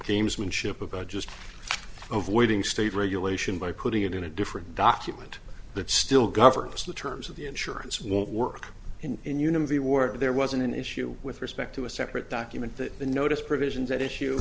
gamesmanship about just avoiding state regulation by putting it in a different document that still governs the terms of the insurance won't work in unity were there wasn't an issue with respect to a separate document that the notice provisions that issue